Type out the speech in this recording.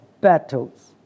battles